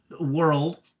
world